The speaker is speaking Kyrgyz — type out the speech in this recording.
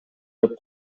деп